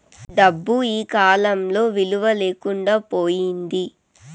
డబ్బు ఈకాలంలో విలువ లేకుండా పోయింది